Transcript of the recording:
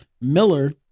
miller